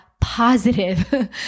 positive